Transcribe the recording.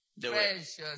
Precious